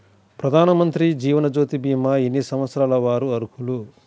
ప్రధానమంత్రి జీవనజ్యోతి భీమా ఎన్ని సంవత్సరాల వారు అర్హులు?